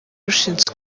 ushinzwe